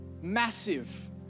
Massive